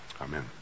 Amen